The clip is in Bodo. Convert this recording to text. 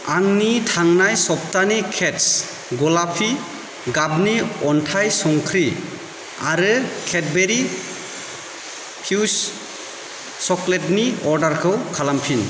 आंनि थांनाय सफ्थानि केट्स गलापि गाबनि अन्थाइ संख्रि आरो केडबेरि फ्युज चक्लेटनि अर्डारखौ खालामफिन